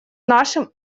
нашим